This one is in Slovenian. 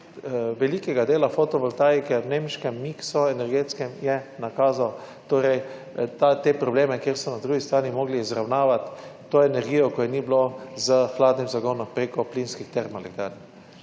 velikega dela fotovoltaike v nemškem miks energetskem je nakazal torej te probleme, kjer so na drugi strani mogli izravnavati to energijo, ko je ni bilo s hladnim zagonom preko plinskih termoelektrarn.